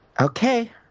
Okay